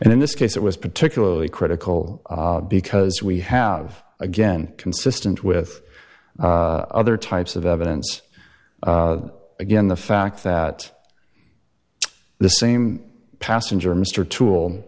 and in this case it was particularly critical because we have again consistent with other types of evidence again the fact that the same passenger mr tool